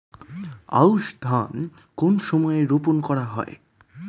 আউশ ধান কোন সময়ে রোপন করা হয়?